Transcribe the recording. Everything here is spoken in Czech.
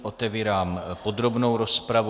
Otevírám podrobnou rozpravu.